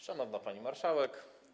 Szanowna Pani Marszałek!